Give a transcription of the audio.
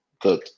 good